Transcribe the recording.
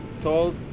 told